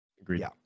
Agreed